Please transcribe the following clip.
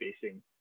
facing